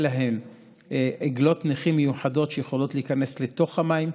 להן עגלות נכים מיוחדות שיכולות להיכנס לתוך המים,